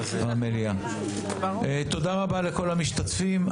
תודה רבה לכול המשתתפים.